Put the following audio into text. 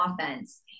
offense